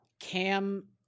Cam